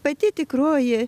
pati tikroji